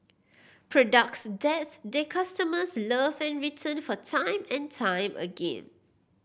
products that their customers love and return for time and time again